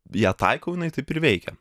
ją taikau jinai taip ir veikia